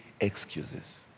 excuses